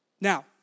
Now